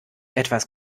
etwas